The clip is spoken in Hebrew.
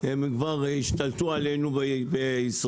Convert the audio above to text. הם כבר השתלטו עלינו בישראל,